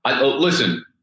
Listen